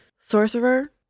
Sorcerer